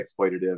exploitative